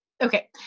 okay